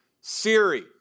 Siri